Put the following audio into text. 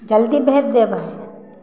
जल्दी भेज देबै